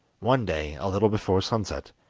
one day, a little before sunset,